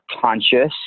conscious